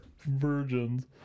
virgins